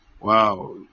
wow